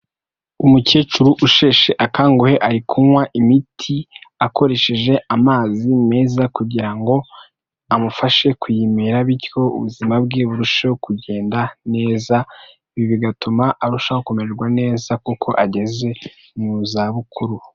Umukecuru usheshe akanguhe ari kunywa imiti akoresheje amazi meza kugira ngo amufashe kuyimera, bityo ubuzima bwe burusheho kugenda neza, ibi bigatuma arushaho kumererwa neza kuko ageze mu zabukuru.